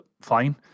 fine